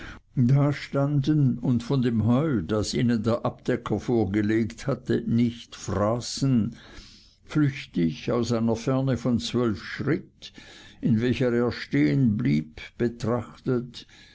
dastanden und von dem heu das ihnen der abdecker vorgelegt hatte nicht fraßen flüchtig aus einer ferne von zwölf schritt in welcher er stehenblieb betrachtet